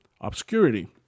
obscurity